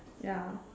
ya